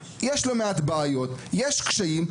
יש שם לא מעט בעיות וקשיים.